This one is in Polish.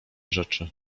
rzeczy